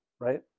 right